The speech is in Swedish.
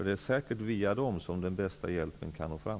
Det är säkert via dem som den bästa hjälpen kan nå fram.